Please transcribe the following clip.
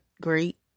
great